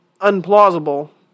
unplausible